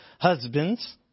husbands